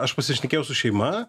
aš pasišnekėjau su šeima